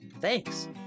Thanks